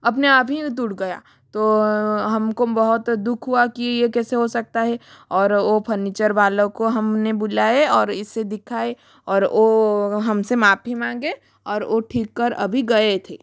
अपने आप ही टूट गया तो हमको बहुत दुख हुआ कि ये कैसे हो सकता है और वो फर्नीचर वालों को हमने बुलाए और इसे दिखाए ओर वो हमसे माफ़ी मांगे और वो ठीक कर अभी गए ही थे